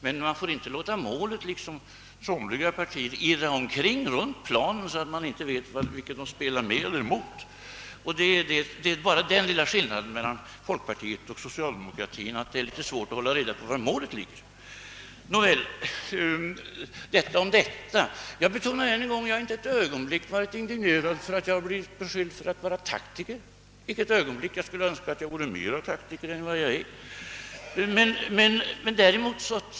Men man får inte låta målet, såsom somliga partier gör, irra ikring runt plan, så att man inte vet vilka som spelar med eller mot. Det är ju den lilla skillnaden mellan folkpartiet och det socialdemokratiska partiet, att det förra har litet svårt att hålla reda på var målet ligger. Jag betonar ännu en gång att jag inte varit indignerad för att jag blivit beskylld för att vara taktiker. Jag skulle önska att jag vore mera taktiker än vad jag är.